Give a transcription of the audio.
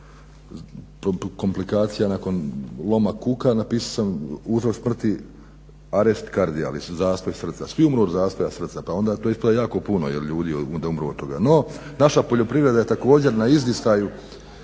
komplikacija nakon loma kuka, napisao sam uzrok smrti arest kardiales, zastoj srca. Svi umru od zastoja srca pa onda ispada jako puno ljudi da umru od toga. No, naša poljoprivreda je također na izdisaju